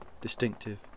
distinctive